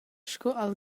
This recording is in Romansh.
sco